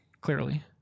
clearly